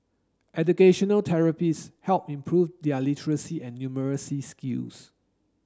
educational therapists helped improve their literacy and numeracy skills